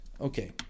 Okay